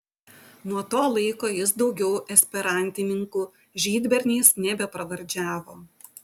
nuo to laiko jis daugiau esperantininkų žydberniais nebepravardžiavo